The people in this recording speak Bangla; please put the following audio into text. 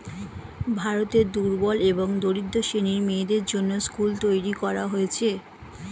ভারতে দুর্বল এবং দরিদ্র শ্রেণীর মেয়েদের জন্যে স্কুল তৈরী করা হয়েছে